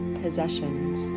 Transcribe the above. possessions